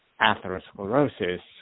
atherosclerosis